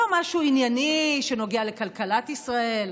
לא משהו ענייני שנוגע לכלכלת ישראל,